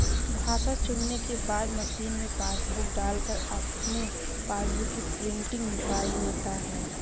भाषा चुनने के बाद मशीन में पासबुक डालकर अपने पासबुक की प्रिंटिंग निकाल लेता है